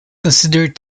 considered